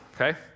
okay